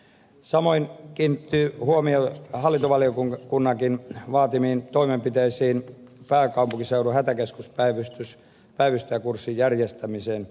samoin kiinnittyy huomio hallintovaliokunnankin vaatimiin toimenpiteisiin pääkaupunkiseudun hätäkeskuspäivystäjäkurssin järjestämiseksi siihen osoitettuihin määrärahoihin